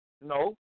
no